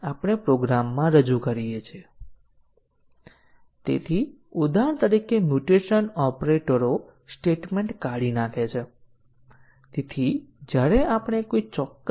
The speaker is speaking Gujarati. કવરેજ ટેસ્ટીંગ ના વિવિધ પ્રકારો શું છે જે આપણે અત્યાર સુધી જોયા છે અને અહીં મને આશા છે કે તમને વિવિધ પ્રકારની કવરેજ ટેકનીકો યાદ હશે